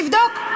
נבדוק.